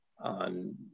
on